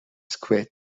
squid